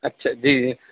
اچھا جی جی